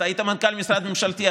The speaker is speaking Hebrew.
אתה היית מנכ"ל משרד ממשלתי,